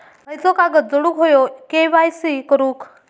खयचो कागद जोडुक होयो के.वाय.सी करूक?